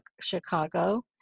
Chicago